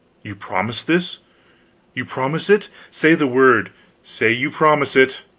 you promise this you promise it? say the word say you promise it!